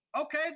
Okay